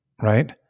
right